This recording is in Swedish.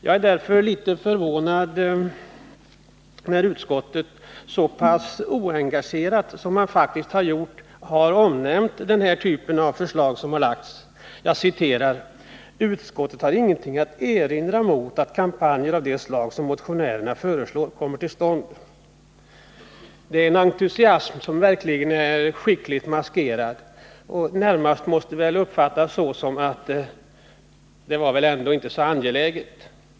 Jag är därför litet förvånad över att utskottet så pass oengagerat omnämner den typ av förslag som lagts: ”Utskottet har ingenting att erinra mot att kampanjer av det slag som motionärerna föreslår kommer till stånd.” Det är en entusiasm som verkligen är skickligt maskerad, och skrivningen får väl närmast uppfattas som att det var väl ändå inte så angeläget.